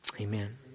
Amen